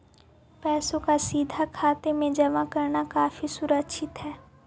पैसों का सीधा खाते में जमा करना काफी सुरक्षित हई